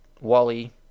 Wally